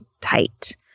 tight